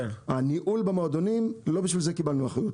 הניהול במועדונים, לא בשביל זה קיבלנו אחריות.